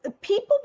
people